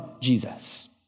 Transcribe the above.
Jesus